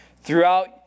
Throughout